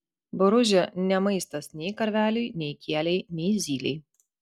boružė ne maistas nei karveliui nei kielei nei zylei